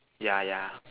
yeah yeah